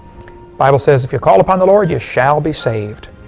bible says, if you call upon the lord, you shall be saved.